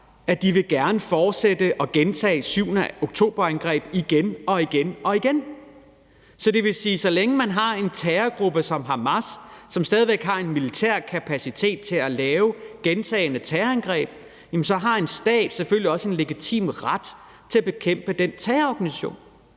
at de gerne vil fortsætte og gentage angrebet den 7. oktober igen og igen. Så det vil sige, at så længe man har en terrorgruppe som Hamas, som stadig væk har en militær kapacitet til at lave gentagne terrorangreb, så har en stat selvfølgelig også en legitim ret til at bekæmpe den terrororganisation.